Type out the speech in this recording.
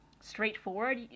straightforward